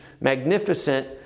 magnificent